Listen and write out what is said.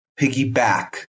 piggyback